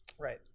Right